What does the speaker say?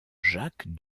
jacques